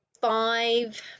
five